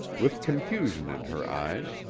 with confusion in her eyes.